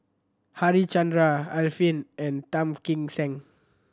Harichandra Arifin and Tan Kim Seng